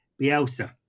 Bielsa